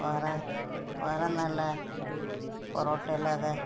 വേറെ വേറെ എന്താണ് ഉള്ളത് പൊറോട്ട അല്ലാതെ